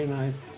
ah nice.